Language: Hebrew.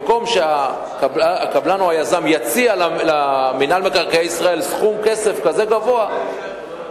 במקום שהקבלן או היזם יציע למינהל מקרקעי ישראל סכום כסף גבוה כזה,